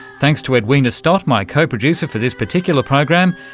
thanks to edwina stott my co-producer for this particular program,